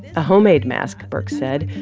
a homemade mask, birx said,